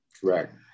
Correct